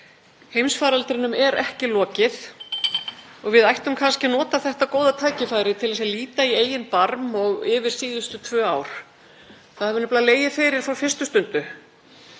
Heimsfaraldrinum er ekki lokið og við ættum kannski að nota þetta góða tækifæri til að líta í eigin barm, yfir síðustu tvö ár. Það hefur legið fyrir frá fyrstu stundu,